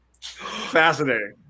Fascinating